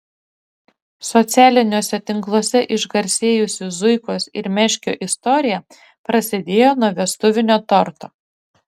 socialiniuose tinkluose išgarsėjusių zuikos ir meškio istorija prasidėjo nuo vestuvinio torto